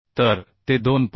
तर ते 2